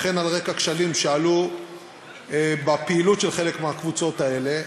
וכן על רקע כשלים שעלו בפעילות של חלק מהקבוצות האלה.